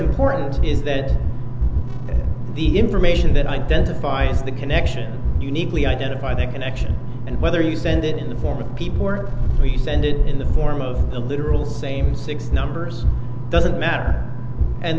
important is that the information that identifies the connection uniquely identify the connection and whether you send it in the form of people or we spend it in the form of a literal same six numbers doesn't matter and